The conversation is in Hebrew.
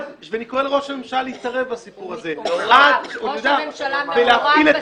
ואני קורא לראש הממשלה להתערב בסיפור הזה -- ראש הממשלה מעורב בסיפור.